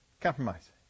Compromise